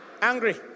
Angry